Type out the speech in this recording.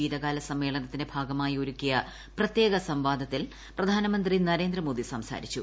ശീതകാല സമ്മേളനത്തിന്റെ ഭാഗമായി ഒരുക്കിയ പ്രത്യേക സംവാദത്തിൽ പ്രധാനമന്ത്രി നരേന്ദ്രമോദി സംസാരിച്ചു